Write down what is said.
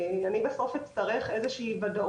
אני רוצה לעזור לאלה שלא יכלו להגיע,